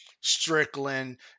strickland